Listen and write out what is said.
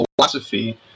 philosophy